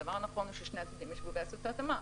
והדבר הנכון הוא ששני הצדדים ישבו ויעשו את ההתאמה.